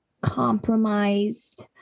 compromised